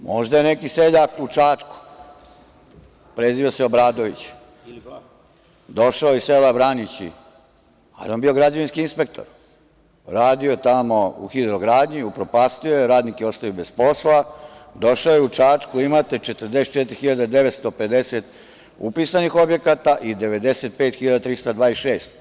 Možda neki seljak u Čačku, preziva se Obradović, došao iz sela Vranići, ali, on je bio građevinski inspektor, radio tamo u „Hidrogradnji“, upropastio je, radnike ostavio bez posla, došao je, u Čačku imate 44.950 upisanih objekata i 95.326.